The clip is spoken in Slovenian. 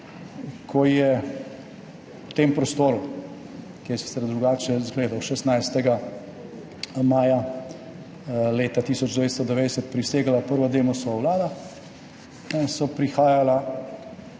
Ko je v tem prostoru, ki je sicer drugače izgledal, 16. maja leta 1990 prisegla prva Demosova vlada in so prihajala